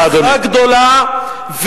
הבטחה גדולה,